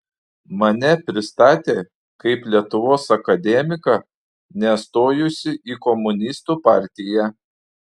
mane pristatė kaip lietuvos akademiką nestojusį į komunistų partiją